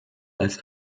als